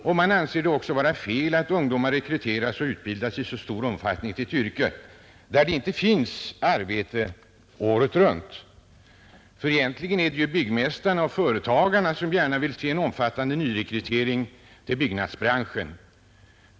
De anser det också vara fel att ungdomar i så stor omfattning rekryteras och utbildas till ett yrke där det inte finns arbete året runt. Egentligen är det ju byggmästarna och företagarna .som gärna vill se en omfattande nyrekrytering till byggnadsbranschen.